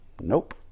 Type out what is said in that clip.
Nope